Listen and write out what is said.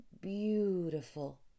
beautiful